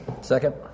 Second